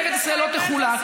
ארץ ישראל לא תחולק,